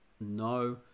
no